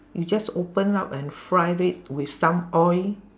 you just open up and fry it with some oil